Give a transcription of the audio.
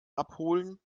abholen